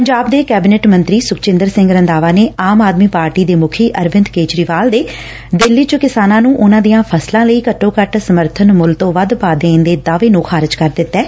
ਪੰਜਾਬ ਦੇ ਕੈਬਨਿਟ ਮੰਤਰੀ ਸੁਖਜਿੰਦਰ ਸਿੰਘ ਰੰਧਾਵਾ ਨੇ ਆਮ ਆਦਮੀ ਪਾਰਟੀ ਦੇ ਮੁੱਖੀ ਅਰਵਿੰਦ ਕੇਜਰੀਵਾਲ ਦੇ ਦਿੱਲੀ ਚ ਕਿਸਾਨਾਂ ਨੂੰ ਉਨ੍ਹਾਂ ਦੀਆਂ ਫਸਲਾਂ ਲਈ ਘੱਟੋ ਘੱਟ ਸਮਰਥਨ ਮੁੱਲ ਤੋਂ ਵੱਧ ਭਾਅ ਦੇਣ ਦੇ ਦਾਅਵੇ ਨੂੰ ਖਾਰਜ ਕਰ ਦਿੱਤੈ